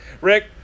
Rick